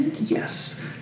Yes